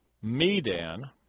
Medan